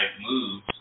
moves